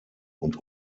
und